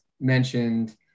mentioned